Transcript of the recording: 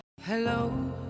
hello